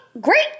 great